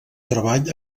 treball